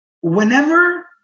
whenever